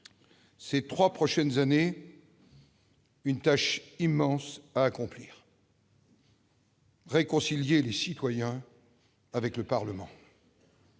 ces trois prochaines années, une tâche immense à accomplir : réconcilier les citoyens avec le Parlement.